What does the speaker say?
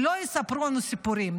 שלא יספרו לנו סיפורים.